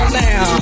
now